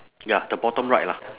ya the bottom right lah